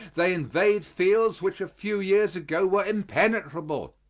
they invade fields which a few years ago were impenetrable.